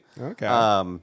Okay